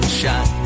shot